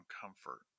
comfort